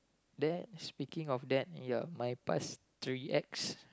that speaking of that ya my pass three X